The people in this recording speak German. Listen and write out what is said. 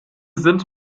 sind